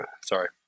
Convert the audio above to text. Sorry